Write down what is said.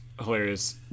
hilarious